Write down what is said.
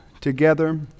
together